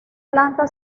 planta